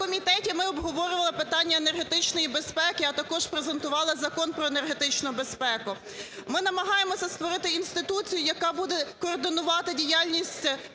в комітеті ми обговорювали питання енергетичної безпеки, а також презентували Закон про енергетичну безпеку. Ми намагаємося створити інституцію, яка буде координувати діяльність